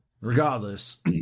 Regardless